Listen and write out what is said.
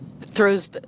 throws